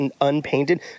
unpainted